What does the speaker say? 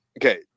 Okay